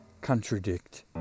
contradict